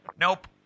Nope